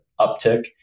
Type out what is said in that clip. uptick